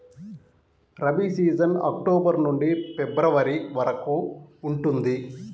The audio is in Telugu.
రబీ సీజన్ అక్టోబర్ నుండి ఫిబ్రవరి వరకు ఉంటుంది